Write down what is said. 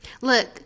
Look